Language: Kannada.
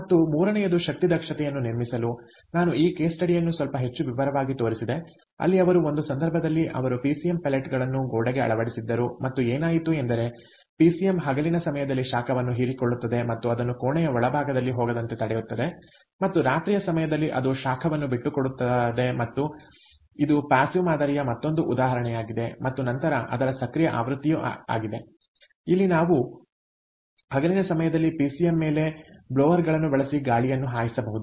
ಮತ್ತು ಮೂರನೆಯದು ಶಕ್ತಿಯ ದಕ್ಷತೆಯನ್ನು ನಿರ್ಮಿಸಲು ನಾನು ಈ ಕೇಸ್ ಸ್ಟಡಿಯನ್ನು ಸ್ವಲ್ಪ ಹೆಚ್ಚು ವಿವರವಾಗಿ ತೋರಿಸಿದೆ ಅಲ್ಲಿ ಅವರು ಒಂದು ಸಂದರ್ಭದಲ್ಲಿ ಅವರು ಪಿಸಿಎಂ ಪೆಲೆಟ್ಗಳನ್ನು ಗೋಡೆಗೆ ಅಳವಡಿಸಿದ್ದರು ಮತ್ತು ಏನಾಯಿತು ಎಂದರೆ ಪಿಸಿಎಂ ಹಗಲಿನ ಸಮಯದಲ್ಲಿ ಶಾಖವನ್ನು ಹೀರಿಕೊಳ್ಳುತ್ತದೆ ಮತ್ತು ಅದನ್ನು ಕೋಣೆಯ ಒಳಭಾಗದಲ್ಲಿ ಹೋಗದಂತೆ ತಡೆಯುತ್ತದೆ ಮತ್ತು ರಾತ್ರಿಯ ಸಮಯದಲ್ಲಿ ಅದು ಶಾಖವನ್ನು ಬಿಟ್ಟುಕೊಡುತ್ತಾರೆ ಮತ್ತು ಇದು ಪ್ಯಾಸಿವ್ ಮಾದರಿಯ ಮತ್ತೊಂದು ಉದಾಹರಣೆಯಾಗಿದೆ ಮತ್ತು ನಂತರ ಅದರ ಸಕ್ರಿಯ ಆವೃತ್ತಿಯೂ ಇದೆ ಅಲ್ಲಿ ನಾವು ಹಗಲಿನ ಸಮಯದಲ್ಲಿ ಪಿಸಿಎಂ ಮೇಲೆ ಬ್ಲೋವರ್ಗಳನ್ನು ಬಳಸಿ ಗಾಳಿಯನ್ನು ಹಾಯಿಸಬಹುದು